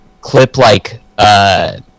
clip-like